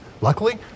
Luckily